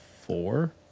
four –